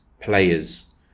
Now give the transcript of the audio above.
players